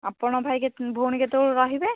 ଆପଣ ଭାଇ କେତେ ଭଉଣୀ କେତେବେଳେ ରହିବେ